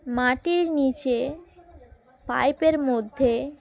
মাটির নিচে পাইপের মধ্যে